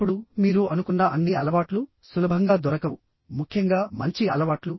ఇప్పుడు మీరు అనుకున్న అన్ని అలవాట్లు సులభంగా దొరకవు ముఖ్యంగా మంచి అలవాట్లు